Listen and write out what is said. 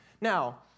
Now